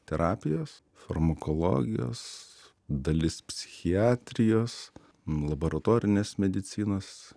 terapijos farmakologijos dalis psichiatrijos laboratorinės medicinos